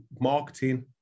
marketing